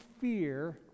fear